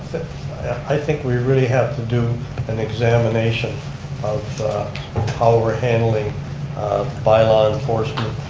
i think we really have to do an examination of how we're handling bylaw enforcement,